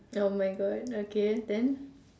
oh my God okay then